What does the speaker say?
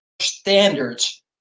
standards